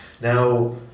Now